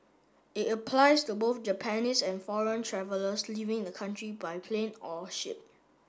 it applies to both Japanese and foreign travellers leaving the country by plane or ship